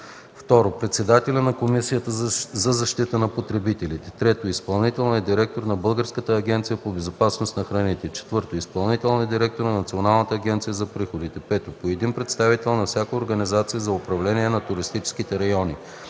2. председателят на Комисията за защита на потребителите; 3. изпълнителният директор на Българската агенция по безопасност на храните; 4. изпълнителният директор на Националната агенция за приходите; 5. по един представител на всяка организация за управление на туристическите райони;